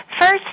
First